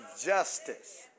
justice